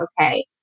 okay